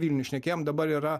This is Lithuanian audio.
vilniuj šnekėjom dabar yra